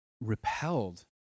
repelled